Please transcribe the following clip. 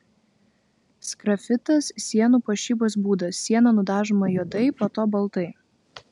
sgrafitas sienų puošybos būdas siena nudažoma juodai po to baltai